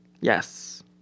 Yes